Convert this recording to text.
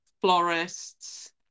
florists